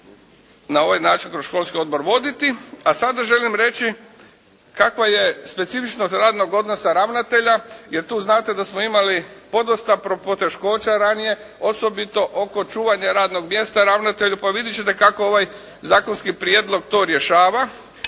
na ovaj način kroz školski odbor voditi. A sada želim reći kakva je specifičnost radnog odnosa ravnatelja jer tu znate da smo imali podosta poteškoća ranije osobito oko čuvanja radnog mjesta ravnatelju pa vidjet ćete kako ovaj zakonski prijedlog rješava.